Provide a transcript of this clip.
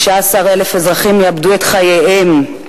16,000 אזרחים יאבדו את חייהם,